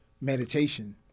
meditation